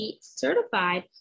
certified